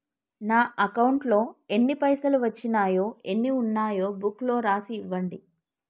నా అకౌంట్లో ఎన్ని పైసలు వచ్చినాయో ఎన్ని ఉన్నాయో బుక్ లో రాసి ఇవ్వండి?